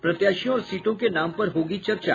प्रत्याशियों और सीटों के नाम पर होगी चर्चा